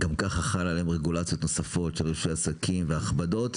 גם ככה חלות עליהם רגולציות נוספות של עסקים והכבדות,